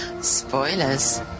Spoilers